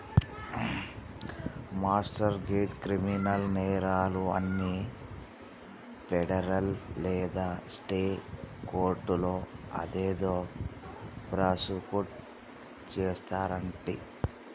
mart గెజ్, criminal నేరాలు అన్ని federal లేదా స్టేట్ కోర్టులో అదేదో ప్రాసుకుట్ చేస్తారంటి